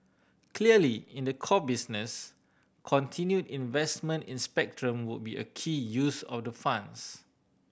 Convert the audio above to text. clearly in the core business continue investment in spectrum would be a key use of the funds